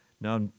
Now